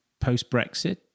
post-Brexit